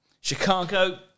Chicago